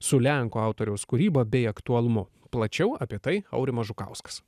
su lenkų autoriaus kūryba bei aktualumu plačiau apie tai aurimas žukauskas